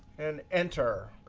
and enter.